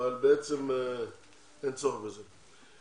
אבל בעצם אין צורך בזה.